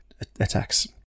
attacks